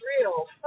real